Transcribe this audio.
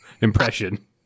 impression